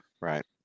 right